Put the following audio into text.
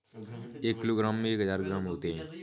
एक किलोग्राम में एक हजार ग्राम होते हैं